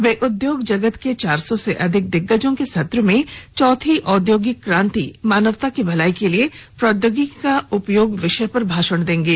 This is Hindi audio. वे उद्योग जगत के चार सौ से अधिक दिग्गजों के सत्र में चौथी औद्योगिक क्रांति मानवता की भलाई के लिए प्रौद्योगिकी का उपयोग विषय पर भाषण देंगे